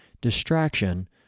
distraction